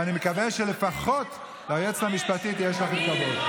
ואני מקווה שלפחות ליועצת המשפטית יש לכם כבוד.